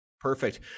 Perfect